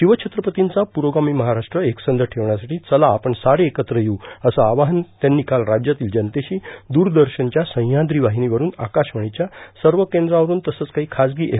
शिवधत्रपतीचा पुरोगामी महाराष्ट्र एकसंष ठेवण्यासाठी चला आपण सारे एकत्र येऊ असे आवाहन त्यांनी काल राण्यातील जनतेशी दूरदर्शनच्या सम्राप्री वाहिनीवरून आकाशवाणीच्या सर्व केंद्रांवरून तसंच काही खाजगी एफ